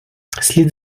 слід